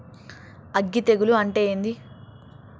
అగ్గి తెగులు అంటే ఏంది?